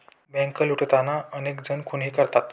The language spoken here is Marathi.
बँक लुटताना अनेक जण खूनही करतात